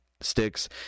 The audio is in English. sticks